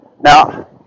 Now